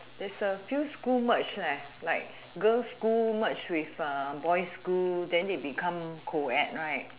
there's a few school merge leh like girl's school merge with err boy's school then they become coed right